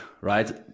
right